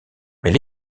elle